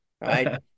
right